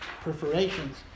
perforations